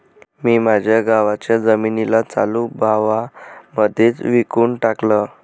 मी माझ्या गावाच्या जमिनीला चालू भावा मध्येच विकून टाकलं